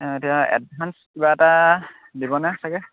এতিয়া এডভান্স কিবা এটা দিবনে চাগে